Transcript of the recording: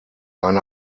eine